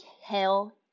Hell